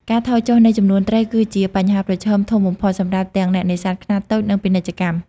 ការថយចុះ នៃចំនួនត្រីគឺជាបញ្ហាប្រឈមធំបំផុតសម្រាប់ទាំងអ្នកនេសាទខ្នាតតូច និងពាណិជ្ជកម្ម។